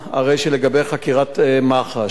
הרי שלגבי חקירת מח"ש,